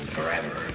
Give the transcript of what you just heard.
Forever